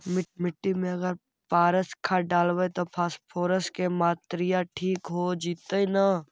मिट्टी में अगर पारस खाद डालबै त फास्फोरस के माऋआ ठिक हो जितै न?